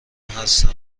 هستن